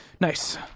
Nice